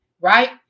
right